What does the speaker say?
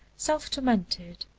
self-tormented,